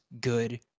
good